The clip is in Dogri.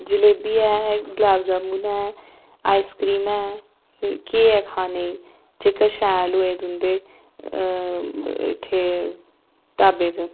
जलेबी ऐ गुलाब जामुन ऐ आइस क्रीम ऐ केह् ऐ खाने गी जेह्का शैल होऐ तुंदे इत्थे ढाबे च